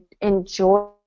enjoy